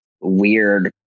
weird